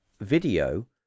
video